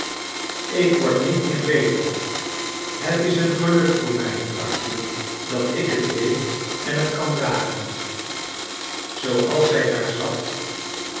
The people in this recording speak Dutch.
ik word niet meer beter het is een geluk voor mij arthur dat ik het weet en het kan dragen zooals zij daar zat